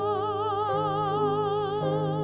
um oh